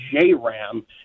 J-Ram